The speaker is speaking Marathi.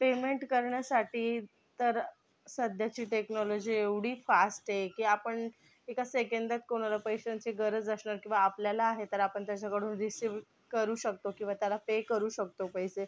पेमेंट करण्यासाठी तर सध्याची टेक्नॉलॉजी एवढी फास्ट आहे की आपण एका सेकंदात कोणाला पैशांची गरज असणार किंवा आपल्याला आहे तर आपण त्याच्याकडून रिसिव्ह करू शकतो किंवा त्याला पे करू शकतो पैसे